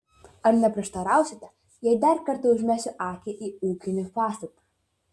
ar neprieštarausite jei dar kartą užmesiu akį į ūkinį pastatą